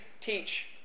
teach